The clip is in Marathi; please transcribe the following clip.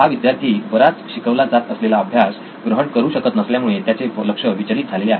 हा विद्यार्थी बराच शिकवला जात असलेला अभ्यास ग्रहण करू शकत नसल्यामुळे त्याचे लक्ष विचलित झालेले आहे